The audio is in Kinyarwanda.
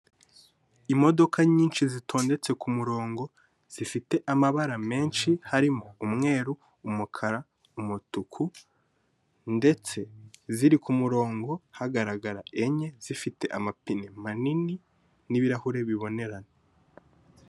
Imodoka nyinshi zitondetse kumurongo zifite amabara menshi harimo umweru, umukara, umutuku ndetse ziri kumurongo hagaragara enye zifite amapine manini n'ibirahure bibonerana.